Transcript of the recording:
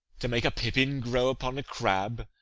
to make a pippin grow upon a crab,